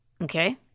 Okay